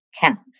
counts